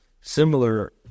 Similar